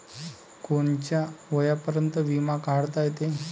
कोनच्या वयापर्यंत बिमा काढता येते?